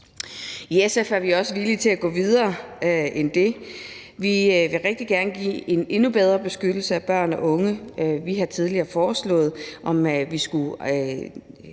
I SF er vi også villige til at gå videre end det. Vi vil rigtig gerne give en endnu bedre beskyttelse af børn og unge. Vi har tidligere foreslået, at vi skulle